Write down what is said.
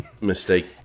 mistake